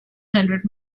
hundred